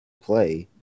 play